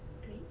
great